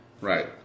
Right